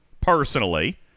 personally